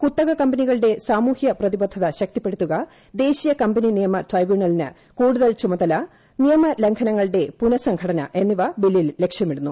കുത്തക കമ്പനികളുടെ സാമൂഹൃ പ്രതിബദ്ധത ശക്തിപ്പെടുത്തുക ദേശീയ കമ്പനി നിയമ ട്രൈബ്യൂണലിന് കൂടുതൽ ചുമതല നിയമലംഘനങ്ങളുടെ പുനസംഘടന എന്നിവ ബില്ലിൽ ലക്ഷ്യമിടുന്നു